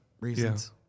reasons